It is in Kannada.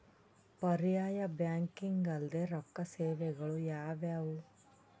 ಪರ್ಯಾಯ ಬ್ಯಾಂಕಿಂಗ್ ಅಲ್ದೇ ರೊಕ್ಕ ಸೇವೆಗಳು ಯಾವ್ಯಾವು?